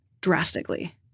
drastically